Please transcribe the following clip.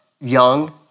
young